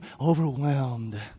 overwhelmed